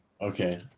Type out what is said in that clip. Okay